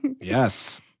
Yes